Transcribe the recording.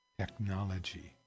technology